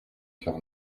cœur